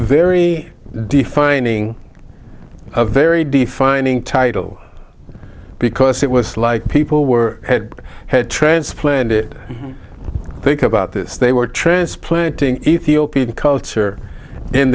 very defining a very defining title because it was like people were had had transplanted think about this they were transplanting ethiopian culture in